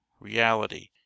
reality